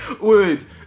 Wait